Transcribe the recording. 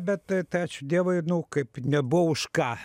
bet tai tai ačiū dievui kaip nebuvo už ką